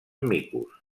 micos